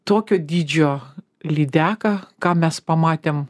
tokio dydžio lydeką ką mes pamatėm